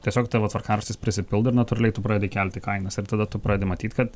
tiesiog tavo tvarkaraštis prisipildo ir natūraliai tu pradedi kelti kainas ir tada tu pradedi matyt kad